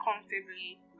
comfortably